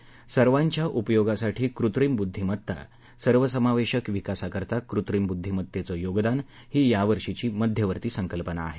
सर्वांच्या उपयोगासाठी कृत्रिम बुध्दिमता सर्वसमावेशक विकासाकरिता कृत्रिम बुध्दिमत्तेचं योगदान ही यावर्षीची मध्यवर्ती संकल्पना आहे